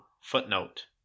footnote